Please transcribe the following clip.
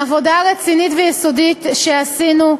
בעבודה רצינית ויסודית שעשינו,